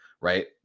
right